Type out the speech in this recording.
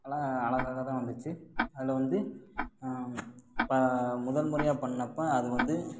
நல்லா அழகாவே தான் வந்துச்சு அதில் வந்து வ முதல் முறையாக பண்ணப்போ அது வந்து